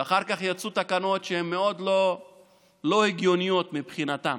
ואחר כך יצאו תקנות שהן מאוד לא הגיוניות מבחינתם.